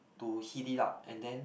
to heat it up and then